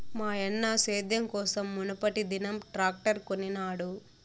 మాయన్న సేద్యం కోసం మునుపటిదినం ట్రాక్టర్ కొనినాడు